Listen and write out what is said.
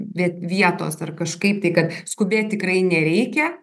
bet vietos ar kažkaip tai kad skubėt tikrai nereikia